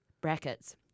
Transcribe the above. brackets